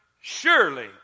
Surely